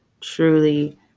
truly